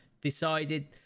decided